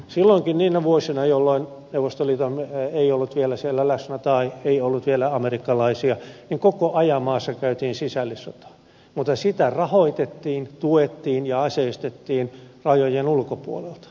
silloinkin niinä vuosina jolloin neuvostoliitto ei ollut vielä siellä läsnä tai ei ollut vielä amerikkalaisia koko ajan maassa käytiin sisällissotaa mutta sitä rahoitettiin tuettiin ja aseistettiin rajojen ulkopuolelta